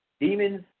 Demons